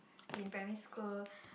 in primary school